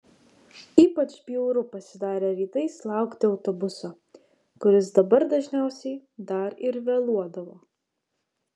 ypač bjauru pasidarė rytais laukti autobuso kuris dabar dažniausiai dar ir vėluodavo